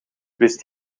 wist